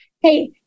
hey